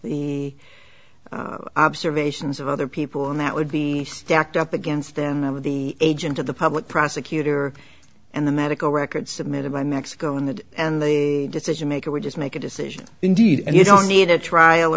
the observations of other people and that would be stacked up against them of the agent of the public prosecutor and the medical records submitted by mexico in that and the decision maker would just make a decision indeed and you don't need a trial